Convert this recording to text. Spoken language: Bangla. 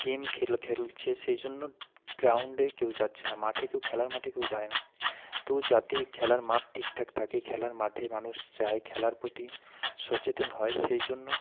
গেম খেলছে সেই জন্য গ্রাউন্ডে কেউ যাচ্ছে না মাঠে কেউ খেলার মাঠে কেউ যায় না তো যাতে খেলার মাঠ ঠিকঠাক থাকে খেলার মাঠে মানুষ যায় খেলার প্রতি সচেতন হয় সেই জন্য